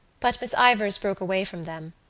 but miss ivors broke away from them.